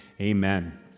Amen